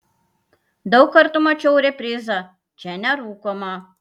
daug kartų mačiau reprizą čia nerūkoma